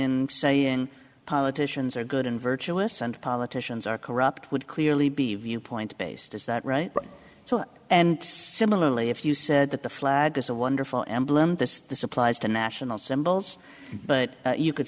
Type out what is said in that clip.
between saying politicians are good and virtuous and politicians are corrupt would clearly be viewpoint based is that right so and similarly if you said that the flag is a wonderful emblem this this applies to national symbols but you could